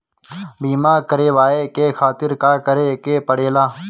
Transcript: बीमा करेवाए के खातिर का करे के पड़ेला?